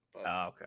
Okay